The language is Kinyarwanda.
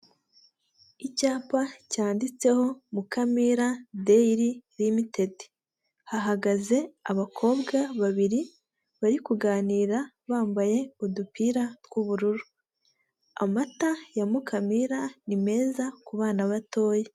Icyapa cyanditseho mukamira deyiri rimitedi, hahagaze abakobwa babiri bari kuganira bambaye udupira tw'ubururu, amata ya mukamira ni meza ku bana batoya.